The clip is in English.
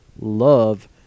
love